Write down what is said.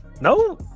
no